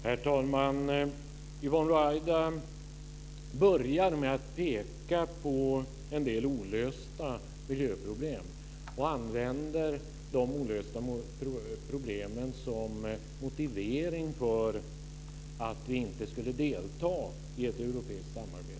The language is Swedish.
Herr talman! Yvonne Ruwaida börjar med att peka på en del olösta miljöproblem och använder dessa som motiv för att vi inte skulle delta i ett europeiskt samarbete.